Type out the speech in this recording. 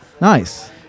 Nice